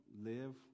live